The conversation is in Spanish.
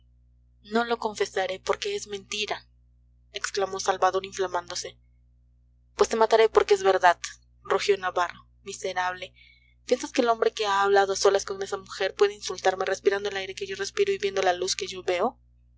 no lo confesaré porque es mentira exclamó salvador inflamándose pues te mataré porque es verdad rugió navarro miserable piensas que el hombre que ha hablado a solas con esa mujer puede insultarme respirando el aire que yo respiro y viendo la luz que yo veo